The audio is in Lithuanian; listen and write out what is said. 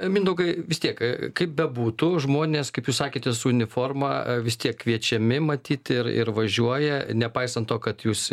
mindaugai vis tiek kaip bebūtų žmonės kaip jūs sakėte su uniforma vis tiek kviečiami matyt ir ir važiuoja nepaisant to kad jūs